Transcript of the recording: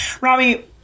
Rami